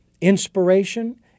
inspiration